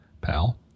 pal